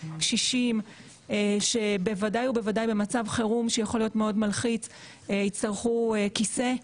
קשישים שבוודאי במצב חירום שיכול להיות מאוד מלחיץ יצטרכו כיסא.